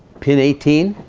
pin eighteen